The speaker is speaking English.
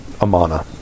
Amana